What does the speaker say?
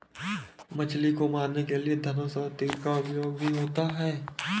मछली को मारने के लिए धनुष और तीर का उपयोग भी होता है